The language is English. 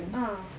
ah